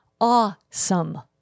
awesome